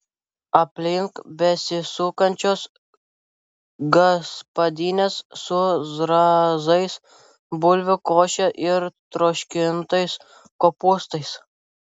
aplink besisukančios gaspadinės su zrazais bulvių koše ir troškintais kopūstais